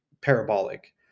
parabolic